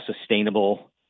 sustainable